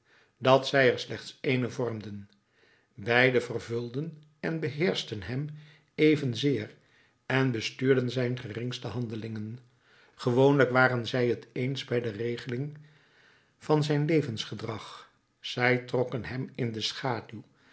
dat zij er slechts ééne vormden beide vervulden en beheerschten hem evenzeer en bestuurden zijn geringste handelingen gewoonlijk waren zij t eens bij de regeling van zijn levensgedrag zij trokken hem in de schaduw